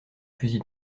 fusil